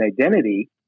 identity